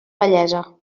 bellesa